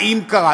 האם קרה.